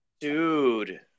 dude